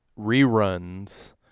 reruns